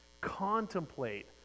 contemplate